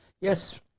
Yes